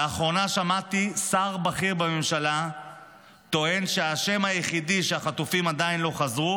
לאחרונה שמעתי שר בכיר בממשלה טוען שהאשם היחיד שהחטופים עדיין לא חזרו